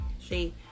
See